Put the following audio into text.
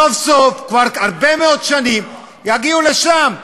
סוף-סוף, כבר הרבה מאוד שנים, ויגיעו לשם.